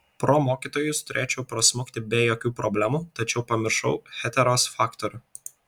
pro mokytojus turėčiau prasmukti be jokių problemų tačiau pamiršau heteros faktorių